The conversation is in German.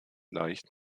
leicht